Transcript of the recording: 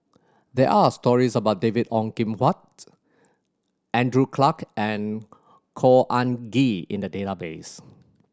there are stories about David Ong Kim Huat Andrew Clarke and Khor Ean Ghee in the database